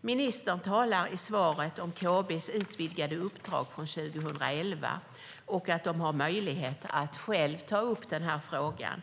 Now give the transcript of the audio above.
Ministern talar i svaret om KB:s utvidgade uppdrag från 2011 och om att de har möjlighet att själva ta upp frågan.